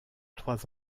trois